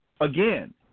again